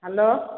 hello